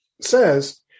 says